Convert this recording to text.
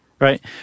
Right